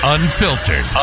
Unfiltered